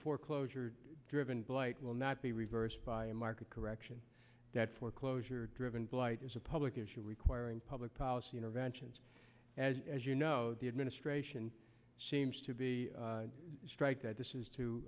for closure driven blight will not be reversed by a market correction that foreclosure driven blight is a public issue requiring public policy interventions as as you know the administration seems to be strike that this is to